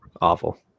awful